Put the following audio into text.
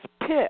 pick